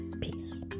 Peace